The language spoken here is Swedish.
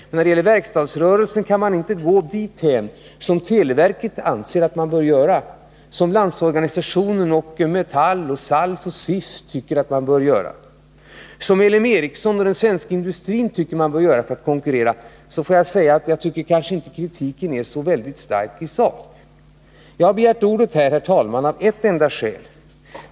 Men när det gäller verkstadsrörelsen kan man inte göra det televerket anser att man bör göra, det Landsorganisationen, Metall, SALF och SIF tycker att man bör göra och det LM Ericsson och den svenska industrin tycker att man bör göra för att konkurrera. Jag får därför säga att jag kanske inte tycker att kritiken är så väldigt stark i sak. Jag har, herr talman, begärt ordet av ett enda skäl.